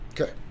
Okay